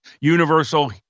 universal